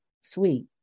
sweet